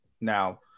Now